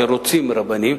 שרוצים רבנים,